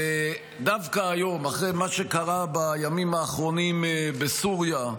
דווקא היום, אחרי מה שקרה בימים האחרונים בסוריה,